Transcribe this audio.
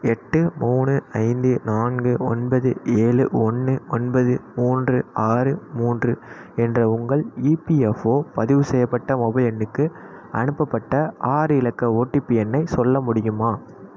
எட்டு மூணு ஐந்து நான்கு ஒன்பது ஏழு ஒன்று ஒன்பது மூன்று ஆறு மூன்று என்ற உங்கள் இபிஎஃப்ஓ பதிவு செய்யப்பட்ட மொபைல் எண்ணுக்கு அனுப்பப்பட்ட ஆறு இலக்க ஒடிபி எண்ணை சொல்ல முடியுமா